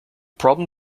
problem